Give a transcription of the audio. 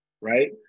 right